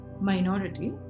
minority